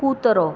કૂતરો